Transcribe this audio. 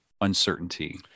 uncertainty